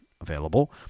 available